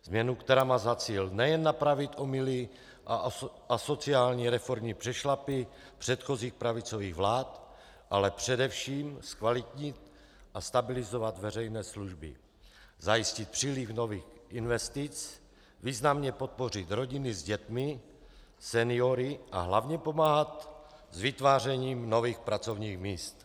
Změnu, která má za cíl nejen napravit omyly a asociální reformní přešlapy předchozích pravicových vlád, ale především zkvalitnit a stabilizovat veřejné služby, zajistit příliv nových investic, významně podpořit rodiny s dětmi, seniory a hlavně pomáhat s vytvářením nových pracovních míst.